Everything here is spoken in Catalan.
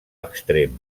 extrem